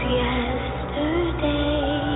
yesterday